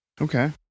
Okay